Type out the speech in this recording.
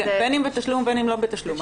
בין אם בתשלום ובין אם לא בתשלום.